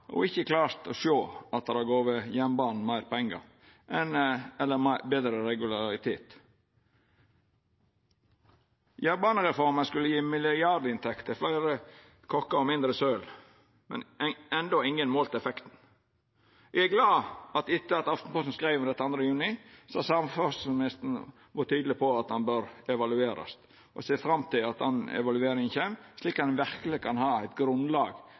og ikkje klart å sjå at det har gjeve jernbanen meir pengar eller betre regularitet. Jernbanereforma skulle gje milliardinntekter og fleire kokkar og mindre søl, men det er enno ikkje nokon målt effekt. Me er glade for at samferdselsministeren, etter at Aftenposten skreiv om dette 2. juni, har vore tydeleg på at reforma bør evaluerast. Me ser fram til at den evalueringa kjem, slik at ein verkeleg kan ha eit grunnlag